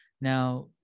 now